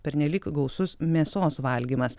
pernelyg gausus mėsos valgymas